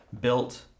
built